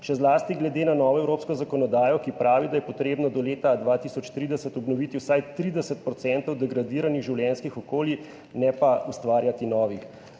Še zlasti glede na novo evropsko zakonodajo, ki pravi, da je treba do leta 2030 obnoviti vsaj 30 % degradiranih življenjskih okolij, ne pa ustvarjati novih.